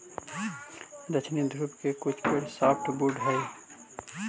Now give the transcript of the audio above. दक्षिणी ध्रुव के कुछ पेड़ सॉफ्टवुड हइ